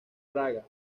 praga